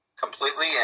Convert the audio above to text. completely